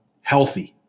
healthy